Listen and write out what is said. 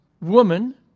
Woman